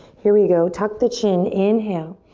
here we go, tuck the chin, inhale.